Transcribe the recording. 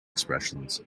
expressions